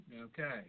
Okay